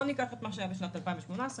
ולכן ניקח את מה שהיה בשנים 2018 ו-2019.